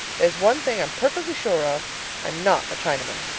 there's one thing i'm perfectly sure of i'm not a chinaman.